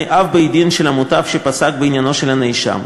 אב-בית-הדין של המותב שפסק בעניינו של הנאשם,